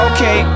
Okay